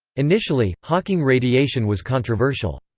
initially, hawking radiation was controversial.